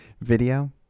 video